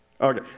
Okay